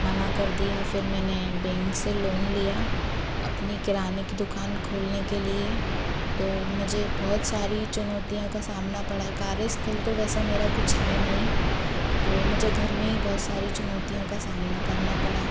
मना कर दिया फिर मैने बैंक से लोन लिया अपनी किराने की दुकान खोलने के लिए तो मुझे बहुत सारी चुनौतियों का सामना पड़ा कार्यस्थल तो वैसा मेरा कुछ है नहीं तो मुझे घर में ही बहुत सारी चुनौतियों का सामना करना पड़ा